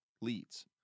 Leads